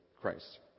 Christ